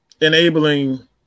enabling